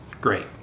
Great